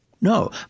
no